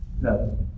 No